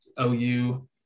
OU